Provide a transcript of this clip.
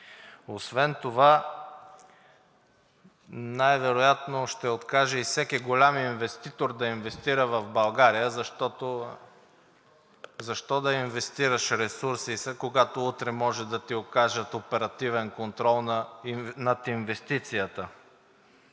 Освен това най-вероятно ще откаже и всеки голям инвеститор да инвестира в България. Защо да инвестираш ресурси, когато утре може да ти окажат оперативен контрол над инвестицията?!